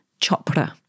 Chopra